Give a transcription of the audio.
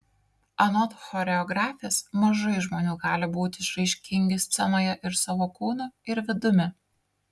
anot choreografės mažai žmonių gali būti išraiškingi scenoje ir savo kūnu ir vidumi